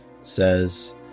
says